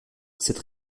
cette